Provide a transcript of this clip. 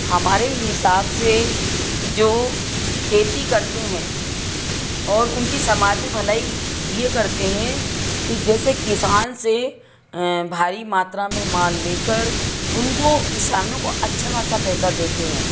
हमारे हिसाब से जो खेती करते हैं और उनकी समाज में भलाई यह करते हैं कि जैसे किसान से भारी मात्रा में माल लेकर उनको किसानों को अच्छा खासा पैसा देते हैं